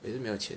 我也是没有钱